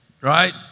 right